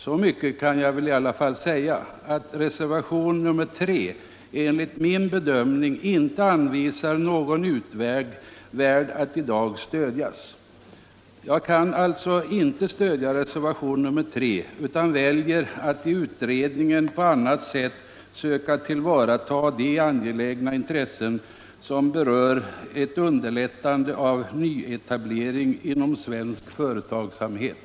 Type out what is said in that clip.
Så mycket kan jag i alla fall säga att reservationen 3 enligt min bedömning inte anvisar någon utväg som i dag bör stödjas. Jag kan alltså inte ansluta mig till reservationen 3 utan väljer att i utredningen på annat sätt söka tillvarata det angelägna intresset att underlätta nyetablering inom svensk företagsamhet.